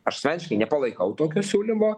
aš asmeniškai nepalaikau tokio siūlymo